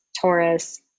Taurus